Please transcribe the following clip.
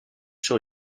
sur